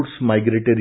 migratory